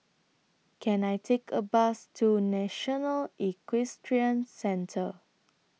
Can I Take A Bus to National Equestrian Centre